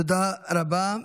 תודה רבה.